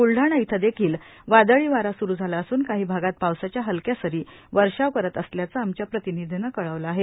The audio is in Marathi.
ब्लढाणा इथं देखील वादळी वारा स्रु झाला असून काही भागात पावसाच्या हलक्या सरी वर्षाव करत असल्याचं आमच्या प्रतिनिधींनं कळवलं आहे